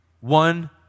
one